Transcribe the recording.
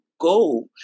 Go